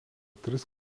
tris